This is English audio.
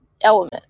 element